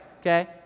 Okay